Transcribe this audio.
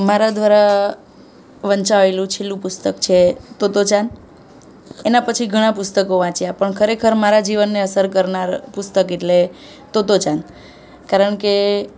મારા દ્વારા વંચાએલું છેલ્લું પુસ્તક છે તોત્તો ચાન એના પછી ઘણા પુસ્તકો વાંચ્યા પણ ખરેખર મારા જીવનને અસર કરનાર પુસ્તક એટલે તોત્તો ચાન કારણ કે